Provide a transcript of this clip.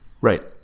Right